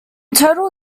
total